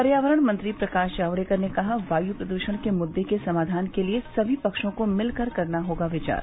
पर्यावरण मंत्री प्रकाश जावड़ेकर ने कहा वायु प्रदूषण के मुद्दे के समाधान के लिए सभी पक्षों को मिलकर करना होगा विचार